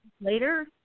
later